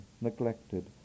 neglected